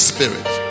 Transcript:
Spirit